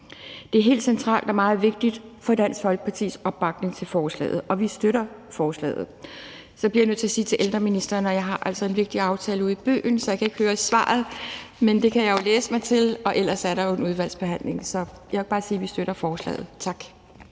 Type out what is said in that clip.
Det er helt centralt og meget vigtigt for Dansk Folkepartis opbakning til forslaget, og vi støtter forslaget. Så bliver jeg nødt til at sige til ældreministeren, at jeg altså har en vigtig aftale ude i byen, så jeg kan ikke høre svaret. Men det kan jeg jo læse mig til, og ellers er der jo en udvalgsbehandling. Så jeg vil bare sige, at vi støtter forslaget. Tak.